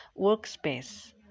workspace